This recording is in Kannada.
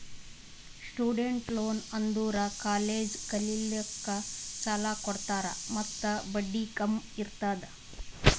ಸ್ಟೂಡೆಂಟ್ ಲೋನ್ ಅಂದುರ್ ಕಾಲೇಜ್ ಕಲಿಲ್ಲಾಕ್ಕ್ ಸಾಲ ಕೊಡ್ತಾರ ಮತ್ತ ಬಡ್ಡಿ ಕಮ್ ಇರ್ತುದ್